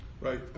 Right